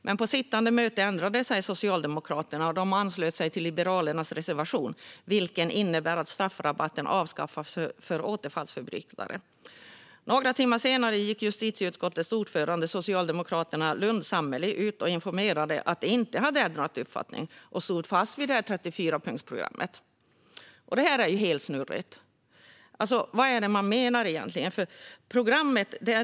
Men på sittande möte ändrade sig Socialdemokraterna. De anslöt sig till Liberalernas reservation, som innebär att straffrabatten avskaffas för återfallsförbrytare. Några timmar senare gick justitieutskottets ordförande, socialdemokraten Lundh Sammeli, ut och informerade att man inte hade ändrat uppfattning utan stod fast vid 34-punktsprogrammet. Det här är ju helsnurrigt. Vad menar man egentligen?